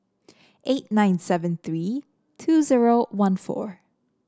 eight nine seven three two zero one four